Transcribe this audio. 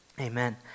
Amen